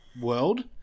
world